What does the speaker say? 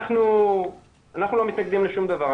אנחנו לא מתנגדים לשום דבר,